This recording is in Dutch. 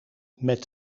met